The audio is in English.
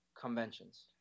conventions